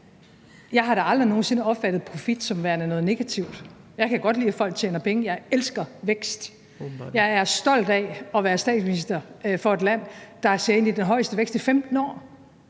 jeg har da aldrig nogen sinde opfattet profit som værende noget negativt. Jeg kan godt lide, at folk tjener penge. Jeg elsker vækst. Jeg er stolt af at være statsminister for et land, der ser ind i den højeste vækst i 15 år,